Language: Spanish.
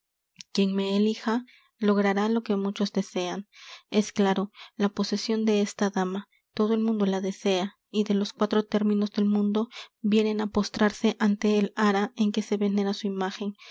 quién me elija logrará lo que muchos desean es claro la posesion de esta dama todo el mundo la desea y de los cuatro términos del mundo vienen á postrarse ante el ara en que se venera su imágen